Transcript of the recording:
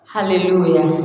Hallelujah